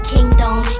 Kingdom